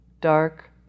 dark